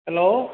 hello